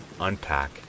unpack